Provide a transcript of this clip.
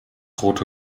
rote